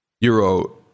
Euro